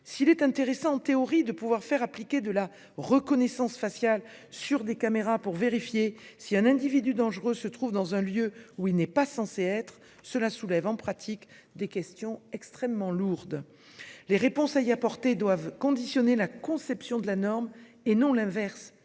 s'il est en théorie intéressant d'appliquer la reconnaissance faciale des caméras pour vérifier si un individu dangereux se trouve dans un lieu où il n'est pas censé être, cela soulève en pratique des questions extrêmement lourdes. Les réponses à y apporter doivent conditionner la conception de la norme et non l'inverse